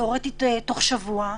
תיאורטית בתוך שבוע,